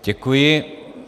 Děkuji.